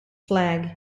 flag